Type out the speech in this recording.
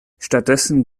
stattdessen